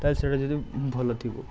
ତାହେଲେ ସେଇଟା ଯଦି ଭଲ ଥିବ